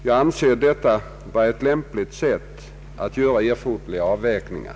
Jag anser detta vara ett lämpligt sätt att göra erforderliga avvägningar.